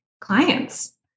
clients